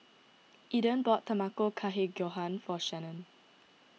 Eden bought Tamago Kake Gohan for Shanon